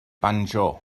banjo